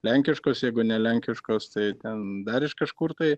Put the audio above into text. lenkiškos jeigu ne lenkiškos tai ten dar iš kažkur tai